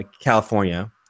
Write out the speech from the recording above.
California